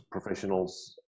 professionals